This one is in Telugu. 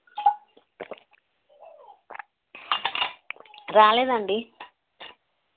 రాలేదండీ